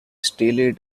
steely